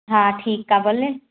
हा ठीकु आहे भले